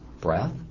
breath